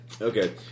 Okay